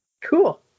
Cool